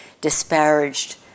disparaged